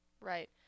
Right